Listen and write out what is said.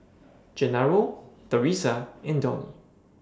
Genaro Theresa and Donie